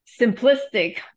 simplistic